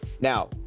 now